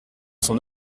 son